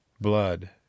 blood